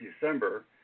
December